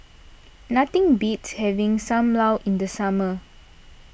nothing beats having Sam Lau in the summer